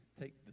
take